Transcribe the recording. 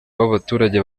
w’abaturage